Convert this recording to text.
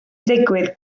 digwydd